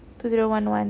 two zero one one